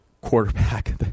Quarterback